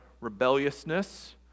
rebelliousness